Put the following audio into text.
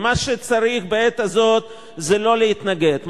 אבל מה שצריך בעת הזאת זה לא להתנגד,